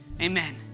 Amen